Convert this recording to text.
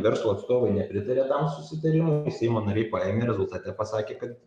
verslo atstovai nepritarė tam susitarimui tai seimo nariai paėmė rezultate pasakė kad